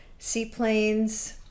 Seaplanes